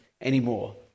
anymore